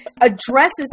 addresses